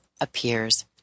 appears